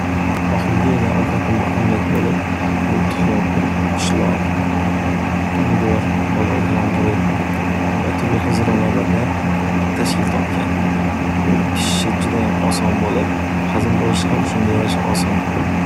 Oxirgi yegan ovqatim bu omlet bo'lib, bu tuxum, pishloq, pomidor, bolgor kalampuri va turli xil zirovarlardan tashkil topgan, buning pishishi judayam oson bo'lib, hazm bo'lishi ham shunga yarasha oson.